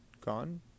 gone